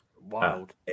wild